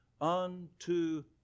unto